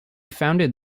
founded